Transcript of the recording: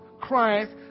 Christ